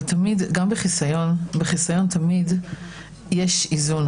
בחיסיון יש תמיד איזון.